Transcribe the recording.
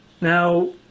Now